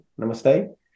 namaste